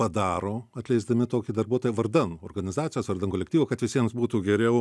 padaro atleisdami tokį darbuotoją vardan organizacijos vardan kolektyvo kad visiems būtų geriau